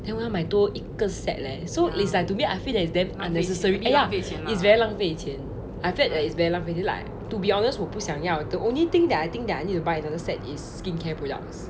then 我要买多一个 set leh so is like to me I feel that it's damn unnecessary ya is very 浪费钱 I felt that is very 浪费钱 to be honest 我不想要 the only thing that I think that I need to buy another set is skincare products